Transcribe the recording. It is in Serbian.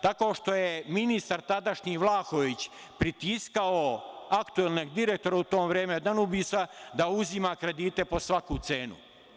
Tako što je ministar tadašnji Vlahović pritiskao aktuelnog direktora u to vreme „Danubijusa“ da uzima kredite po svaku cenu.